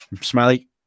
smiley